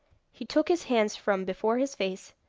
he took his hands from before his face,